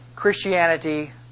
Christianity